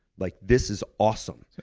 like this is awesome.